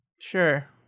Sure